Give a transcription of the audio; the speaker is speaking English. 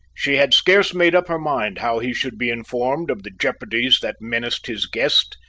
she had scarce made up her mind how he should be informed of the jeopardies that menaced his guest,